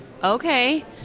Okay